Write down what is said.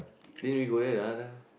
didn't we go there the other time